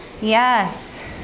Yes